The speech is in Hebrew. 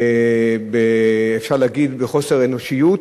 ואפשר להגיד שבחוסר אנושיות,